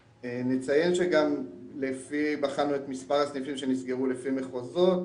נציין שגם בחנו את מספר הסניפים שנסגרו לפי מחוזות,